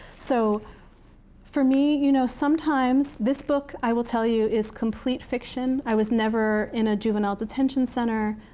so for me, you know sometimes, this book, i will tell you, is complete fiction. i was never in a juvenile detention center.